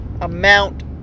amount